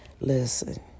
listen